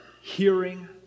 hearing